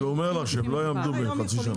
אבל הוא אומר לך שהם לא יעמדו בחצי שנה.